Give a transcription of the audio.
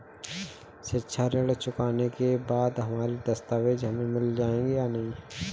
शिक्षा ऋण चुकाने के बाद हमारे दस्तावेज हमें मिल जाएंगे या नहीं?